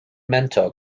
mentor